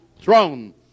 throne